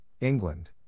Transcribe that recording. England